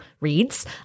reads